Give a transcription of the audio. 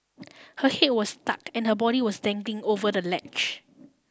her head was stuck and her body was dangling over the ledge